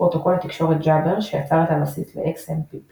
פרוטוקול התקשורת Jabber שיצר את הבסיס ל־XMPP